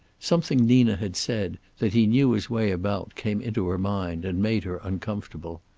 something nina had said, that he knew his way about, came into her mind, and made her uncomfortable.